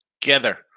together